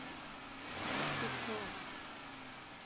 सिक्खो